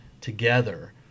together